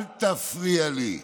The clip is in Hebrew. אל תפריע לי.